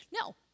No